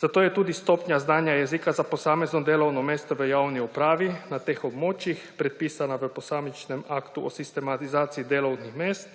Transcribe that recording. Zato je tudi stopnja znanja jezika za posamezno delovno mesto v javni upravi na teh območjih predpisana v posamičnem aktu o sistematizaciji delovnih mest,